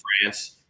france